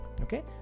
okay